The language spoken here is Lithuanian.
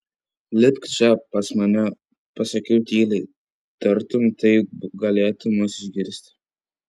lipk čia pas mane pasakiau tyliai tartum tai galėtų mus išgirsti